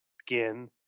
Skin